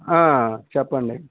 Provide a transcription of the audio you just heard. ఆ చెప్పండి